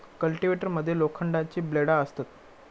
cultivator मध्ये लोखंडाची ब्लेडा असतत